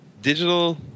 digital